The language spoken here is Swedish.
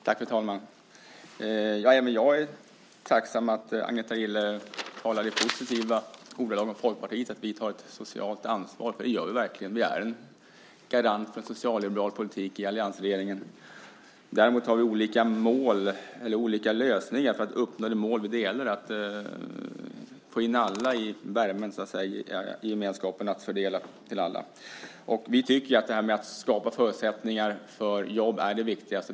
Fru talman! Även jag är tacksam för att Agneta Gille talar i positiva ordalag om Folkpartiet och om att vi tar ett socialt ansvar. Det gör vi verkligen. Vi är en garant för en socialliberal politik i alliansregeringen. Däremot har vi olika lösningar för att uppnå det mål som vi delar, nämligen att få in alla i värmen, så att säga, få in alla i gemenskapen och att fördela till alla. Och vi tycker att det här med att skapa förutsättningar för jobb är det viktigaste.